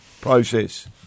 process